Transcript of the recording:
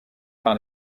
par